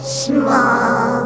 small